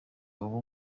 ubu